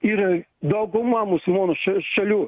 ir dauguma musulmonų ša šalių